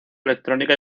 electrónica